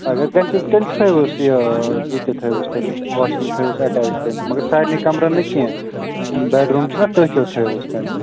اگر گژھیس تیٚلہِ تھٲیوُس یہِ یِتہِ تھٲیوُس تیٚلہِ واش روٗم تھٲیوُس اَٹیچ تیلہِ مگر سارٕنی کَمرَن نہٕ کینٛہہ بیٚڈ روٗم چھُنہ تٔتھۍ یوت تھٲیوُس تیٚلہِ